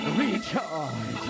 recharge